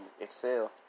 excel